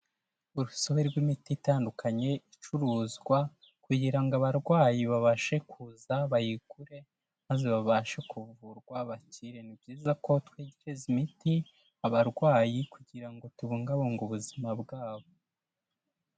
Urusobe rw'imiti itandukanye icuruzwa kugira ngo abarwayi babashe kuza bayigure, maze babashe kuvurwa bakire. Ni byiza ko twegereza imiti abarwayi kugira ngo tubungabunge ubuzima bwabo.